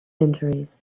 injuries